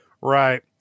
Right